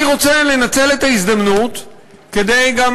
אני רוצה לנצל את ההזדמנות כדי גם